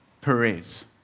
Perez